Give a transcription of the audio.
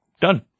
Done